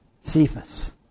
Cephas